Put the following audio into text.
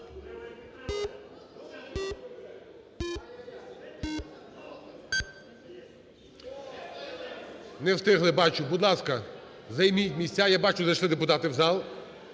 Не встигли, бачу. Будь ласка, займіть місця я бачу, зайшли депутати в зал,